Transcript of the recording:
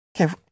Okay